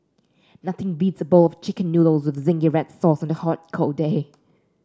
nothing beats a bowl of chicken noodles with zingy red sauce on a hot cold day